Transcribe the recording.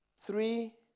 three